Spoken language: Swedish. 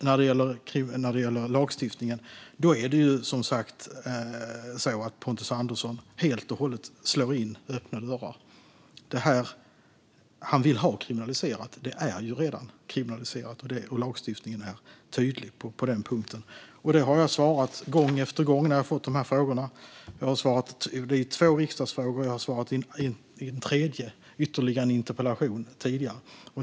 När det sedan i sak gäller lagstiftningen slår Pontus Andersson helt och hållet in öppna dörrar. Det han vill ha kriminaliserat är ju redan kriminaliserat. Lagstiftningen är tydlig på den punkten, och det har jag också svarat gång efter gång när jag fått de här frågorna. Jag har svarat det på två riksdagsfrågor och en interpellation tidigare.